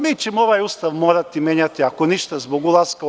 Mi ćemo ovaj ustav morati menjati, ako ništa zbog ulaska u EU.